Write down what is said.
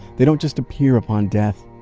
they don't just appear upon death.